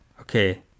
Okay